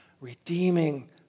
redeeming